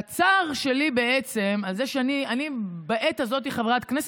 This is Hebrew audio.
והצער שלי בעצם הוא על זה שאני בעת הזאת חברת כנסת,